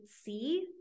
see